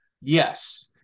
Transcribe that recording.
Yes